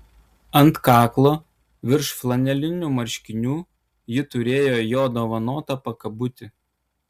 ant kaklo virš flanelinių marškinių ji turėjo jo dovanotą pakabutį